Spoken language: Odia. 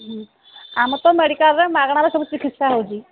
ଆମର ତ ମେଡ଼ିକାଲରେ ମାଗଣାରେ ସବୁ ଚିକିତ୍ସା ହେଉଛି